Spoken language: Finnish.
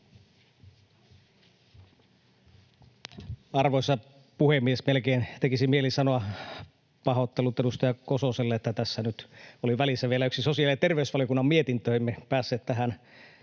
Arvoisa puhemies! Melkein tekisi mieli sanoa pahoittelut edustaja Kososelle, että tässä nyt oli välissä vielä yksi sosiaali- ja terveysvaliokunnan mietintö, emme päässeet tähän